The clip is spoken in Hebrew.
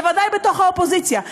בוודאי בתוך האופוזיציה,